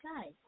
Guys